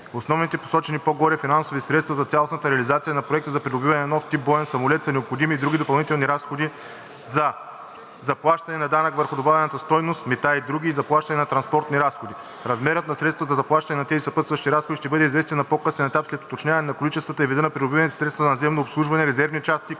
Освен посочените по-горе финансови средства за цялостната реализация на Проекта за придобиване на нов тип боен самолет са необходими и други допълнителни разходи за: - заплащане на данък върху добавената стойност, мита и други; - заплащане на транспортни разходи. Размерът на средствата за заплащане на тези съпътстващи разходи ще бъде известен на по-късен етап след уточняване на количествата и вида на придобиваните средства за наземно обслужване, резервни части